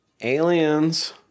aliens